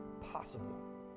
possible